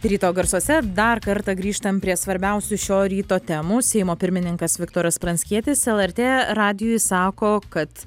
ryto garsuose dar kartą grįžtam prie svarbiausių šio ryto temų seimo pirmininkas viktoras pranckietis lrt radijui sako kad